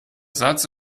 satz